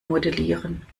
modellieren